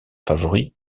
favoris